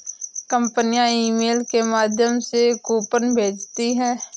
कंपनियां ईमेल के माध्यम से कूपन भेजती है